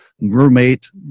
roommate